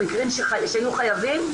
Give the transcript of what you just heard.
במקרים שהיינו חייבים,